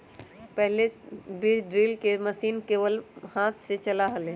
पहले बीज ड्रिल के मशीन केवल हाथ से चला हलय